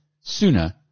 sooner